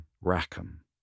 Rackham